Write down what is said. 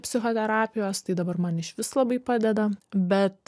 psichoterapijos tai dabar man išvis labai padeda bet